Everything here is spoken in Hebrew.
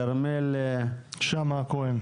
כרמל שאמה הכהן.